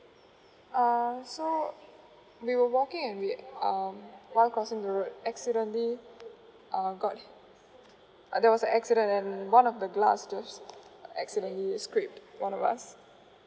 uh so we were walking and we um while crossing the road accidentally uh got uh there was a accident and one of the glass just accidentally scrap one of us